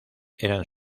eran